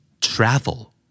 Travel